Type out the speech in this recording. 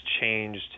changed